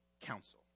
council